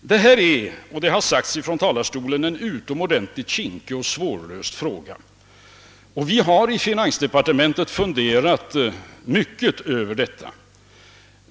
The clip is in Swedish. Det har sagts att detta är en utomordentligt kinkig och svårlöst fråga, och vi har i finansdepartementet funderat mycket över den.